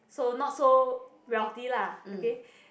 so not so wealthy lah okay